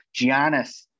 Giannis